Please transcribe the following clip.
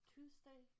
Tuesday